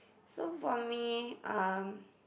so for me um